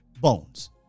Bones